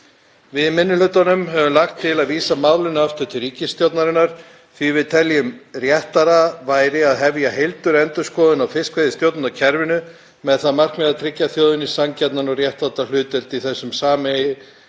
Við í minni hlutanum höfum lagt til að vísa málinu aftur til ríkisstjórnarinnar því að við teljum að réttara væri að hefja heildarendurskoðun á fiskveiðistjórnarkerfinu með það að markmiði að tryggja þjóðinni sanngjarna og réttláta hlutdeild í þessum